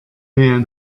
man